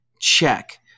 Check